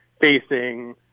facing